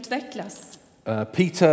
Peter